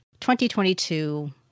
2022